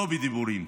לא בדיבורים.